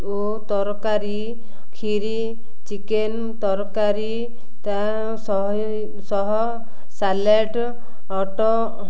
ଓ ତରକାରୀ କ୍ଷିରୀ ଚିକେନ ତରକାରୀ ତା ସହି ସହ ସାଲାଡ ଅଟ